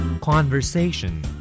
conversation